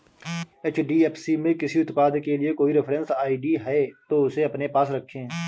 HDFC में किसी उत्पाद के लिए कोई रेफरेंस आई.डी है, तो उसे अपने पास रखें